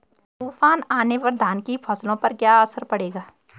तूफान आने पर धान की फसलों पर क्या असर पड़ेगा?